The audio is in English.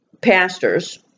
pastors